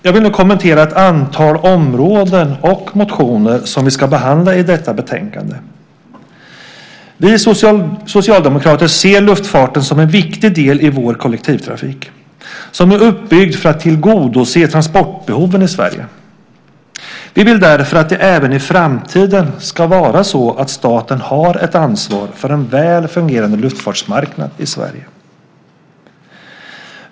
Jag vill nu kommentera ett antal områden och motioner som vi behandlar i detta betänkande. Vi socialdemokrater ser luftfarten som en viktig del i vår kollektivtrafik, som är uppbyggd för att tillgodose transportbehoven i Sverige. Vi vill därför att det även i framtiden ska vara så att staten har ett ansvar för en väl fungerande luftfartsmarknad i Sverige.